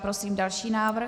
Prosím další návrh.